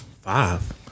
Five